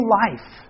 life